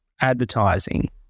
advertising